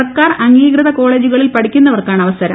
സർക്കാർ അംഗീകൃത കോളേജുകളിൽ പഠിക്കുന്നവർക്കാണ് അവസരം